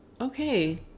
okay